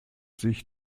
sich